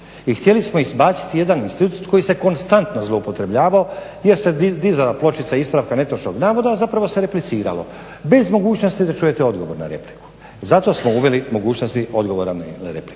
I htjeli smo izbaciti jedan institut koji se konstantno zloupotrjebljavao jer se dizala pločica netočnog navoda a zapravo se repliciralo bez mogućnosti da čujete odgovor na repliku. Zato smo uveli mogućnosti odgovora na repliku.